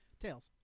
Tails